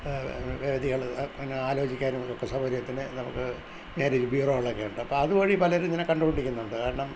വേദികൾ ആലോചിക്കാനുമൊക്കെ സൗകര്യത്തിന് നമുക്ക് മാര്യേജ് ബ്യുറോകളൊക്കെ ഉണ്ട് അപ്പോൾ അതുവഴി പലരും ഇങ്ങനെ കണ്ടുപിടിക്കുന്നുണ്ട് കാരണം